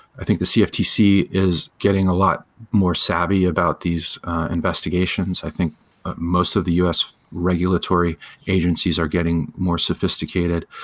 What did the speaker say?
i think the cftc is getting a lot more savvy about these investigations. i think most of the us regulatory agencies are getting more sophisticated